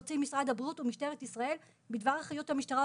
שהוציא משרד הבריאות ומשטרת ישראל בדבר אחריות המשטרה על